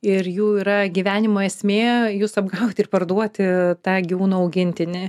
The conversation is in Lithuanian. ir jų yra gyvenimo esmė jus apgauti ir parduoti tą gyvūną augintinį